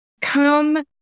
come